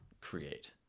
create